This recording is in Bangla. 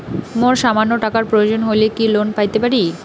মোর সামান্য টাকার প্রয়োজন হইলে কি লোন পাইতে পারি?